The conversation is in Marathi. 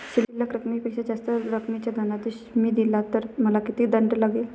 शिल्लक रकमेपेक्षा जास्त रकमेचा धनादेश मी दिला तर मला किती दंड लागेल?